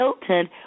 Hilton